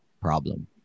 problem